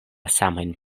samajn